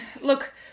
Look